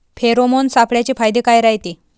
Pheromone सापळ्याचे फायदे काय रायते?